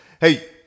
Hey